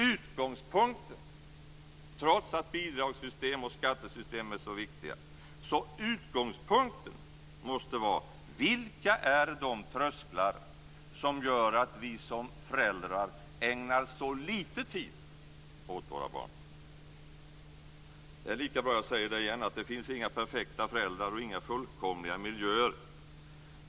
Utgångspunkten, trots att bidragssystem och skattesystem är så viktiga, måste vara: Vilka är de trösklar som gör att vi som föräldrar ägnar så lite tid åt våra barn? Det är lika bra att jag säger det igen, att det finns inga perfekta föräldrar och inga fullkomliga miljöer.